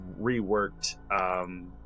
reworked